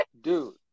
dude